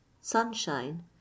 sunshine